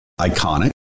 iconic